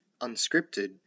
unscripted